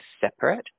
separate